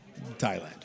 Thailand